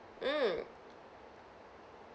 mm